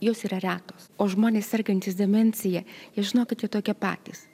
jos yra retos o žmonės sergantys demencija jie žinokit jie tokie patys